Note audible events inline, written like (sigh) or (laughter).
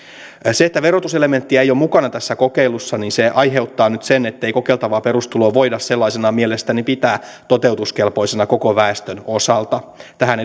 se että verotuselementtiä ei ole mukana tässä kokeilussa aiheuttaa nyt sen ettei kokeiltavaa perustuloa voida sellaisenaan mielestäni pitää toteutuskelpoisena koko väestön osalta ja tähän (unintelligible)